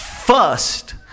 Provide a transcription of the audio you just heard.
first